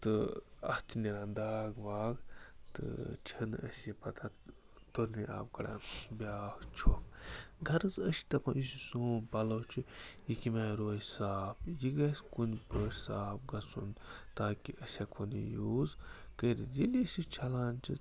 تہٕ اَتھ چھِ نیران داغ واغ تہٕ چھِنہٕ أسۍ یہِ پَتہٕ اَتھ تُرنہِ آب کَڑان بیٛاکھ چھۄکھ غرض أسۍ چھِ دَپان یُس یہِ سون پَلوٚو چھُ یہِ کمہِ آیہِ روزِ صاف یہِ گژھہِ کُنہِ پٲٹھۍ صاف گَژھُن تاکہِ أسۍ ہیٚکہٕ ہون یہِ یوٗز کٔرِتھ ییٚلہِ أسۍ یہِ چھَلان چھِ